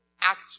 act